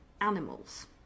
animals